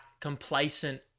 complacent